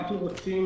אנו רוצים